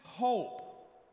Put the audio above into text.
hope